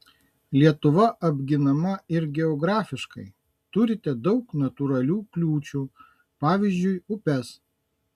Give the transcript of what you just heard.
lietuva apginama ir geografiškai turite daug natūralių kliūčių pavyzdžiui upes